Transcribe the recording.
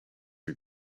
you